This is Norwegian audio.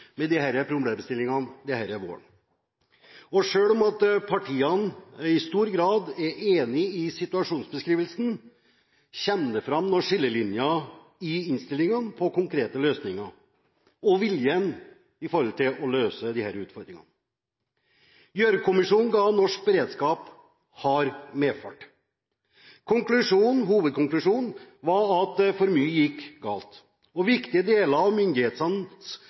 med disse problemstillingene denne våren. Selv om partiene i stor grad er enige om situasjonsbeskrivelsen, kommer det fram noen skillelinjer i innstillingen når det gjelder konkrete løsninger og viljen til å løse disse utfordringene. Gjørv-kommisjonen ga norsk beredskap hard medfart. Hovedkonklusjonen var at for mye gikk galt, og at viktige deler av